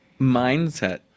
mindset